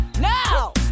Now